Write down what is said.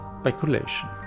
speculation